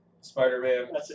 Spider-Man